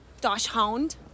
dachshund